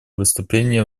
выступления